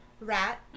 Rat